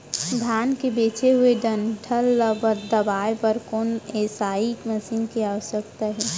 धान के बचे हुए डंठल ल दबाये बर कोन एसई मशीन के आवश्यकता हे?